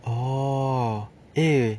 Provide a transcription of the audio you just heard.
oh eh